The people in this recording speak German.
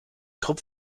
krupp